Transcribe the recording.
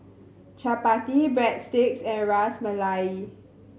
Chapati Breadsticks and Ras Malai